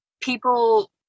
people